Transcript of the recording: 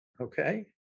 okay